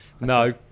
No